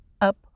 up